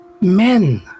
men